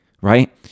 right